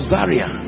Zaria